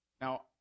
Now